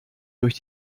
durch